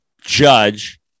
judge